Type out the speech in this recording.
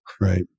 Right